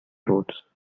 roads